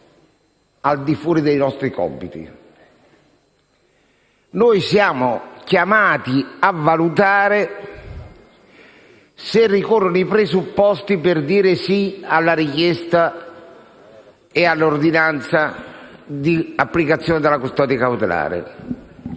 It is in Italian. al di fuori dei nostri compiti. Noi siamo chiamati a valutare se ricorrono i presupposti per dare un assenso alla richiesta e all'ordinanza di applicazione della custodia cautelare.